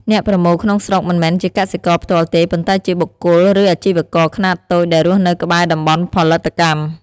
អ្នកប្រមូលក្នុងស្រុកមិនមែនជាកសិករផ្ទាល់ទេ ប៉ុន្តែជាបុគ្គល ឬអាជីវករខ្នាតតូចដែលរស់នៅក្បែរតំបន់ផលិតកម្ម។